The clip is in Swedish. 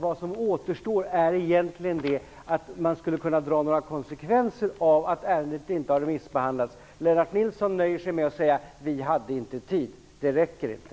Vad som återstår är att man kunde dra konsekvenser av att ärendet inte har remissbehandlats. Lennart Nilsson nöjer sig med att säga: Vi hade inte tid. Det räcker inte.